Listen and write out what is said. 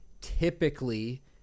typically